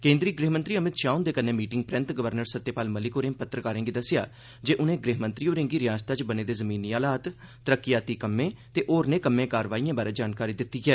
केन्द्री गृह मंत्री अमित शाह हंदे कन्नै मीटिंग परैन्त गवर्नर सत्यपाल मलिक होरें पत्रकारें गी दस्सेआ जे उन्ने गृह मंत्री होरें'गी रिआसता च बने दे जमीनी हालात तरक्कियाती कम्में ते होरनें कम्में कार्रवाईएं बारै जानकारी दित्ती ऐ